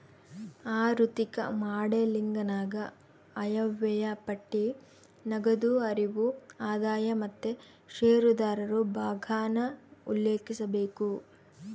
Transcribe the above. ಆಋಥಿಕ ಮಾಡೆಲಿಂಗನಾಗ ಆಯವ್ಯಯ ಪಟ್ಟಿ, ನಗದು ಹರಿವು, ಆದಾಯ ಮತ್ತೆ ಷೇರುದಾರರು ಭಾಗಾನ ಉಲ್ಲೇಖಿಸಬೇಕು